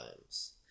times